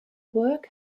work